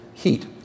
Heat